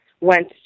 went